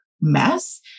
mess